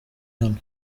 hano